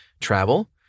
Travel